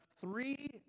three